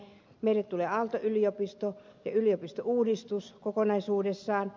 meille tulee aalto yliopisto ja yliopistouudistus kokonaisuudessaan